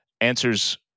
answers